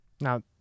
now